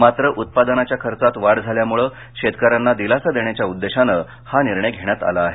मात्र उत्पादनाच्या खर्चात वाढ झाल्यमुळे शेतकऱ्यांना दिलासा देण्याच्या उद्देशानं हा निर्णय घेण्यात आला आहे